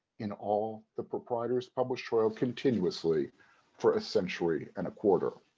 in all, the proprietors published hoyle continuously for a century and a quarter.